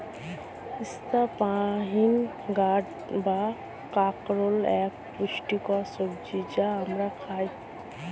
spiny gourd বা কাঁকরোল এক পুষ্টিকর সবজি যা আমরা খাই